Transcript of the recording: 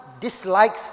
dislikes